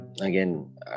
again